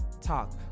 talk